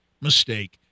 mistake